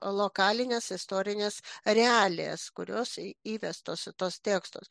lokalines istorines realijas kurios įvestos į tuos tekstus